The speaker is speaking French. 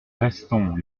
restons